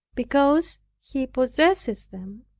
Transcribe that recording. because he possesses them,